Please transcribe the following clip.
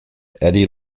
eddie